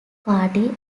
party